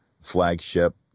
flagship